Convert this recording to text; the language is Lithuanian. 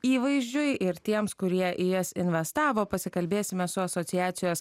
įvaizdžiui ir tiems kurie į jas investavo pasikalbėsime su asociacijos